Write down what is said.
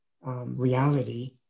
reality